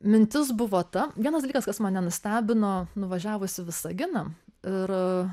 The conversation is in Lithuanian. mintis buvo ta vienas dalykas kas mane nustebino nuvažiavus į visaginą ir